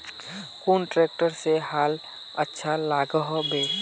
कुन ट्रैक्टर से हाल अच्छा लागोहो होबे?